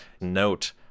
note